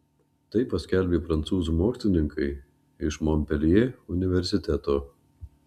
tai paskelbė prancūzų mokslininkai iš monpeljė universiteto